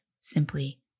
simply